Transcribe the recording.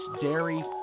dairy